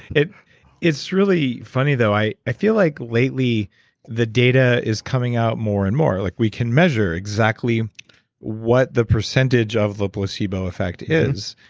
it's really funny though, i i feel like lately the data is coming out more and more, like we can measure exactly what the percentage of the placebo effect is.